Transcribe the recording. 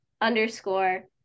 underscore